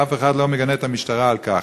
ואף אחד לא מגנה את המשטרה על כך.